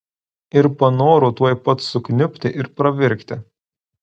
ir panoro tuoj pat sukniubti ir pravirkti